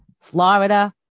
Florida